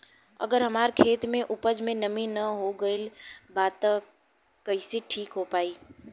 अगर हमार खेत में उपज में नमी न हो गइल बा त कइसे ठीक हो पाई?